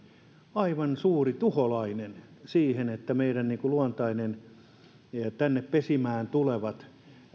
aivan suuri tuholainen niin että meidän luontaiset tänne pesimään tulevat